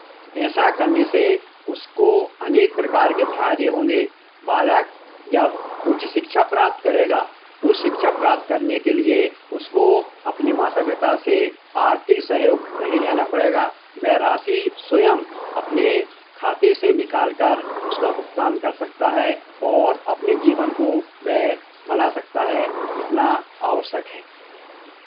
ऐसा करने से उसको अनेक प्रकार के फायदे होंगे बालक जब उच्च शिक्षा प्राप्त करेगा उच्च शिक्षा प्राप्त करने के लिए उसको अपने माता पिता से आर्थिक सहयोग नहीं लेना पड़ेगा वेह राशि स्वयं अपने खाते से निकाल कर उसका भुगतान कर सकता है और अपने जीवन को वह बना सकता है इतना आवश्यक है